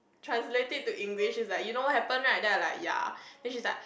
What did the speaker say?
translate it to English is like you know what happen right then I like ya then she's like